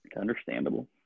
Understandable